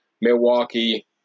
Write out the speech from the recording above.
Milwaukee